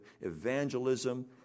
evangelism